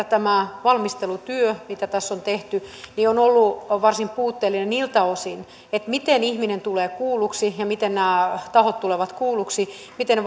tämä valmistelutyö mitä tässä on tehty on ollut varsin puutteellista niiltä osin miten ihminen tulee kuulluksi ja miten nämä tahot tulevat kuulluksi miten